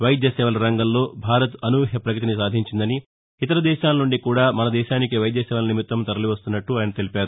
వైద్య సేవల రంగంలో భారత్ ఆనూష్య ప్రగతిని సాధించిందని ఇతర దేశాల నుండి కూడా మన దేశానికి వైద్య సేవల నిమిత్తం తరలి వస్తున్నట్లు ఆయన తెలిపారు